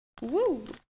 Woo